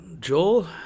Joel